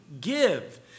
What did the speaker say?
give